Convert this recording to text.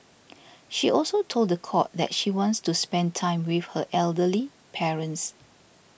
she also told the court that she wants to spend time with her elderly parents